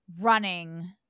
running